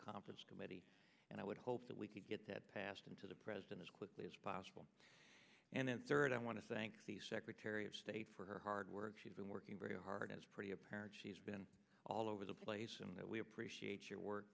conference committee and i would hope that we could get that passed into the president as quickly as possible and then third i want to thank the secretary of state for her hard work she's been working very hard is pretty apparent she's been all over the place and we appreciate your work